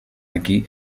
aquí